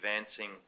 advancing